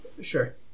Sure